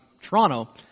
Toronto